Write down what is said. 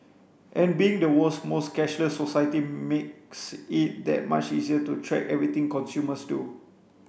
and being the world's most cashless society makes it that much easier to track everything consumers do